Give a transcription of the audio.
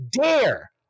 dare